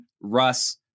Russ